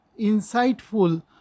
insightful